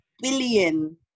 billion